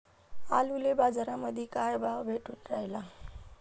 आलूले बाजारामंदी काय भाव भेटून रायला?